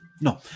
No